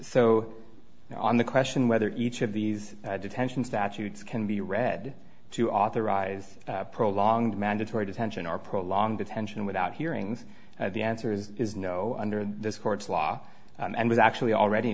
so on the question whether each of these detention saturates can be read to authorize prolonged mandatory detention or prolonged detention without hearings at the answer is no under this court's law and was actually already